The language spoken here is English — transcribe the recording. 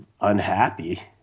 unhappy